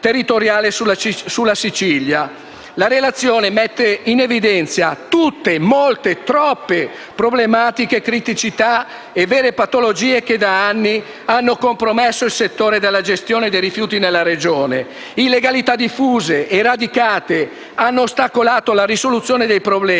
La relazione mette in evidenza tutte, molte, troppe problematiche, criticità e vere patologie che da anni hanno compromesso il settore della gestione dei rifiuti nella Regione. Illegalità diffuse e radicate hanno ostacolato la risoluzione dei problemi,